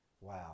Wow